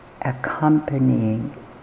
accompanying